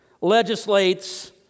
legislates